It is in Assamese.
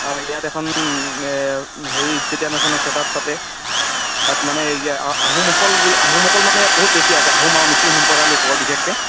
ইয়াত এখন হেৰি ষ্টেডিয়াম এখন আছে তাত পাতে তাত মানে আহোমকল আহোমসকল মানে ইয়াত বহুত বেছি আছে আহোম আৰু মিচিং সম্প্ৰদায় লোকসকল বিশেষকৈ